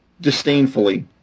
disdainfully